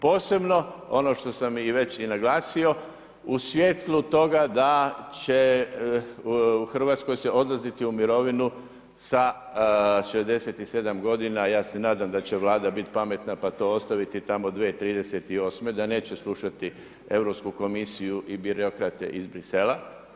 Posebno ono što sam već i naglasio, u svjetlu toga da će u Hrvatskoj se odlaziti u mirovinu sa 67 godina, ja se nadam da će Vlada biti pametna pa to ostaviti tamo 2038. da neće slušati Europsku komisiju i birokrate iz Bruxellesa.